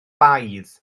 baedd